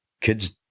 kids